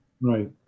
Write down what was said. Right